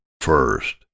first